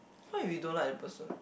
what if you don't like the person